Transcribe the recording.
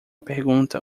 pergunta